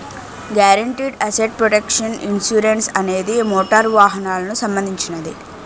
guaranteed asset protection insurance అనేది motor వాహనాలకు సంబంధించినది